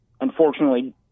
unfortunately